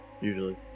Usually